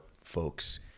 folks